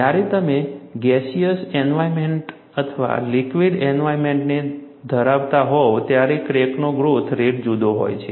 જ્યારે તમે gaseous environment અથવા લિક્વિડ એન્વાયરનમેન્ટ ધરાવતા હોવ ત્યારે ક્રેકનો ગ્રોથ રેટ જુદો જુદો હોય છે